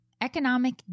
economic